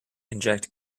inject